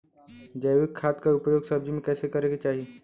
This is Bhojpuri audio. जैविक खाद क उपयोग सब्जी में कैसे करे के चाही?